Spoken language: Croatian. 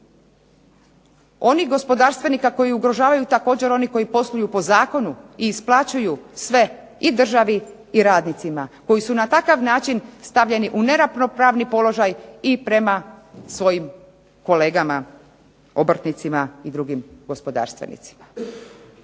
Onih gospodarstvenika koji ugrožavaju također oni koji posluju po zakonu i isplaćuju sve i državi i radnicima koji su na takav način stavljeni u neravnomjerni položaj i prema svojim kolegama obrtnicima i drugim gospodarstvenicima.